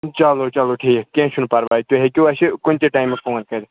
چلو چلو ٹھیٖک کیٚنٛہہ چھُنہٕ پرواے تُہۍ ہیٚکِو اَسہِ کُنہِ تہٕ ٹایمہٕ فون کٔرِتھ